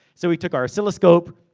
so, we took our oscilloscope,